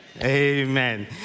Amen